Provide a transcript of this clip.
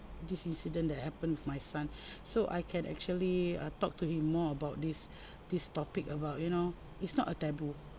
this incident that happened with my son so I can actually uh talk to him more about this this topic about you know it's not a taboo